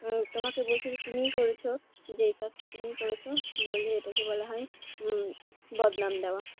তোমাকে বলছে যে তুমিই করেছো যে এ কাজটা তুমিই করেছো বললে এটাকে বলা হয় বদনাম দেওয়া